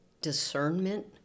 discernment